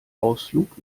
ausflug